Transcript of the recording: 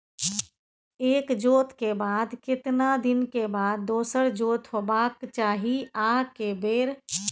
एक जोत के बाद केतना दिन के बाद दोसर जोत होबाक चाही आ के बेर?